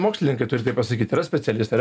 mokslininkai turi tai pasakyt yra specialistai